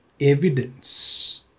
evidence